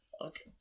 Okay